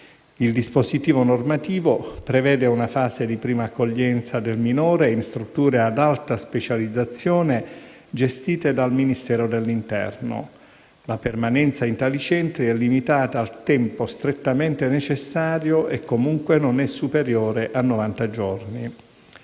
Il dispositivo normativo prevede una fase di prima accoglienza del minore in strutture ad alta specializzazione gestite dal Ministero dell'interno. La permanenza in tali centri è limitata al tempo strettamente necessario e comunque non è superiore a novanta giorni.